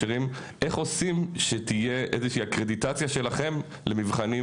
איך עושים שתהיה איזושהי אקרדיטציה שלכם למבחנים?